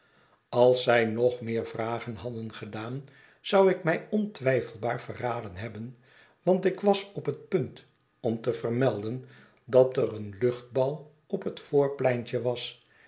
als zij nog meer vragen hadden gedaan zou ik mij ontwijfelbaar verraden hebben want ik was op het punt om te vermelden dat er een luchtbal op het voorpleintje was